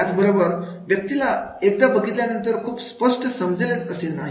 याच बरोबर व्यक्तीला एकदा बघितल्यावर खूप स्पष्ट समजेलच असे नाही